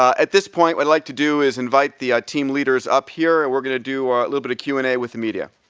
at this point, what i'd like to do is invite the ah team leaders up here, and we're going to do a little but q and a with the media.